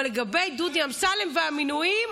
אבל לגבי דודי אמסלם והמינויים,